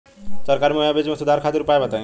सरकारी मुहैया बीज में सुधार खातिर उपाय बताई?